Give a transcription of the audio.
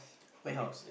warehouse